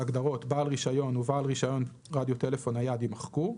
- ההגדרות "בעל רישיון" ו"בעל רישיון רדיו טלפון נייד" - יימחקו,